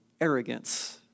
arrogance